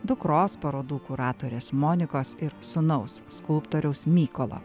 dukros parodų kuratorės monikos ir sūnaus skulptoriaus mykolo